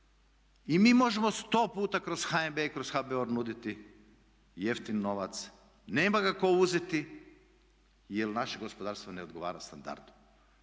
I mi možemo sto puta kroz HNB, kroz HBOR nuditi jeftin novac. Nema ga tko uzeti, jer naše gospodarstvo ne odgovara standardu.